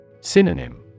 Synonym